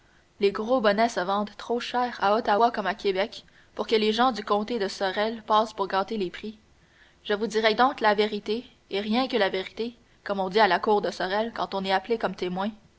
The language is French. les gros bonnets se vendent trop cher à ottawa comme à québec pour que les gens du comté de sorel passent pour gâter les prix je vous dirai donc la vérité et rien que la vérité comme on dit à la cour de sorel quand on est appelé comme témoin